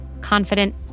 confident